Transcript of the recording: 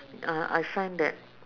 uh I find that